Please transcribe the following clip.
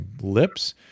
lips